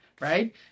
Right